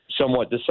somewhat